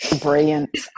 Brilliant